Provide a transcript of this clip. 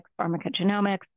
pharmacogenomics